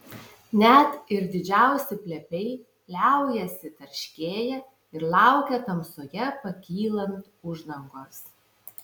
net ir didžiausi plepiai liaujasi tarškėję ir laukia tamsoje pakylant uždangos